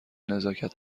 نزاکت